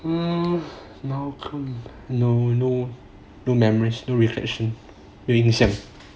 no no no no memories no impression